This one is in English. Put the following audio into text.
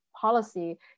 policy